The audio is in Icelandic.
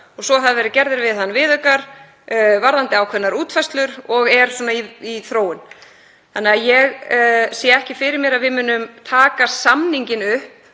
og svo hafa verið gerðir við hann viðaukar varðandi ákveðnar útfærslur og hann er í þróun. Ég sé því ekki fyrir mér að við munum taka samninginn upp.